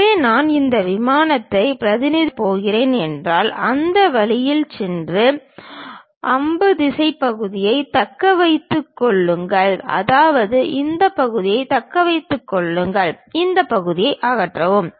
எனவே நான் இந்த விமானத்தை பிரதிநிதித்துவப்படுத்தப் போகிறேன் என்றால் அந்த வழியில் சென்று அம்பு திசைப் பகுதியைத் தக்க வைத்துக் கொள்ளுங்கள் அதாவது இந்த பகுதியை தக்க வைத்துக் கொள்ளுங்கள் இந்த பகுதியை அகற்றவும்